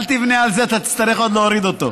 אל תבנה על זה, תצטרך עוד להוריד אותו.